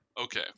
Okay